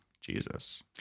Jesus